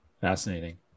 Fascinating